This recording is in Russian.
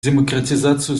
демократизацию